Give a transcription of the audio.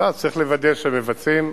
ואז צריך לוודא שמבצעים,